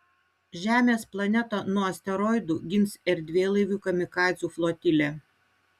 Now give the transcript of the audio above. žemės planetą nuo asteroidų gins erdvėlaivių kamikadzių flotilė